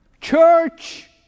church